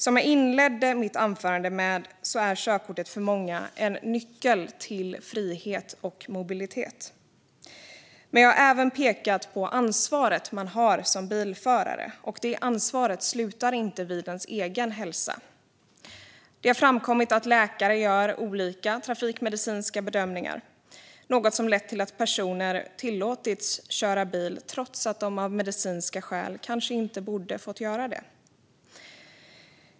Som jag inledde mitt anförande med är körkortet för många en nyckel till frihet och mobilitet. Men jag har även pekat på ansvaret man har som bilförare, och det ansvaret slutar inte vid ens egen hälsa. Det har framkommit att läkare gör olika trafikmedicinska bedömningar, något som lett till att personer tillåtits köra bil trots att de av medicinska skäl kanske inte borde få göra det.